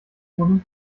wurde